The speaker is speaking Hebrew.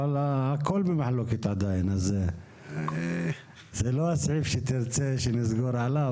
אבל הכול עדיין במחלוקת ולכן זה לא הסעיף שנסגור עליו,